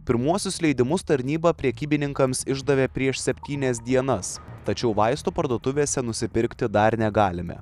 pirmuosius leidimus tarnyba prekybininkams išdavė prieš septynias dienas tačiau vaistų parduotuvėse nusipirkti dar negalime